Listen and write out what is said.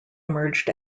emerged